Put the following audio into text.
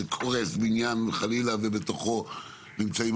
על בניין שקורס והמשפחות נמצאות בתוכו,